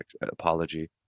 apology